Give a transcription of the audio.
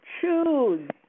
choose